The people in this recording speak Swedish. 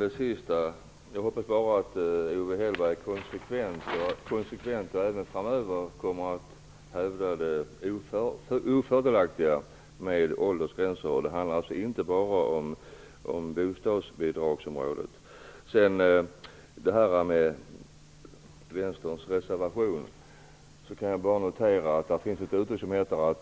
Herr talman! Jag hoppas bara att Owe Hellberg konsekvent även framöver kommer att hävda det ofördelaktiga med åldersgränser. Det handlar då inte bara om bostadsbidragsområdet. När det gäller vänsterns reservation kan jag bara notera att det finns ett uttryck som lyder: